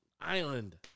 Island